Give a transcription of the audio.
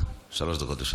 שלוש דקות לרשותך.